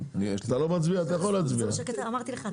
מי נמנע?